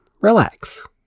relax